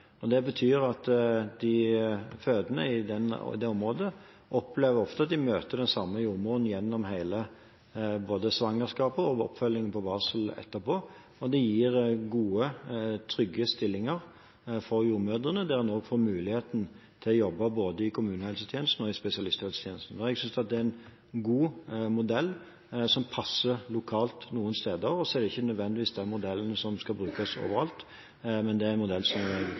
Det betyr at de fødende i dette området opplever ofte å møte den samme jordmoren gjennom hele svangerskapet og i barseloppfølgingen etterpå. Det gir gode og trygge stillinger for jordmødrene, som får muligheten til å jobbe både i kommunehelsetjenesten og i spesialisthelsetjenesten. Jeg synes det er en god modell, som passer lokalt noen steder. Det er ikke nødvendigvis den modellen som skal brukes overalt, men det er en modell som